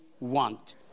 want